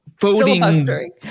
voting